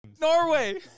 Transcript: Norway